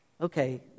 Okay